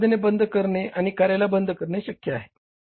तर उत्पादन बंद करणे आणि कार्याला बंद करणे शक्य आहे